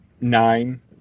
nine